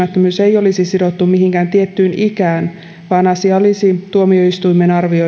ei olisi sidottu mihinkään tiettyyn ikään vaan asia olisi tuomioistuimen